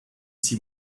see